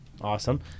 Awesome